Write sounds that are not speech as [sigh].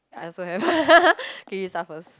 I also haven't [laughs] suffers